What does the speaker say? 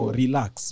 relax